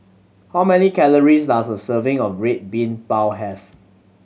how many calories does a serving of Red Bean Bao have